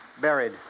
Buried